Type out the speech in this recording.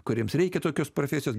kuriems reikia tokios profesijos